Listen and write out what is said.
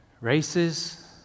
Races